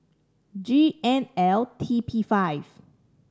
G N L T P five